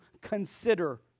consider